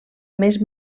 més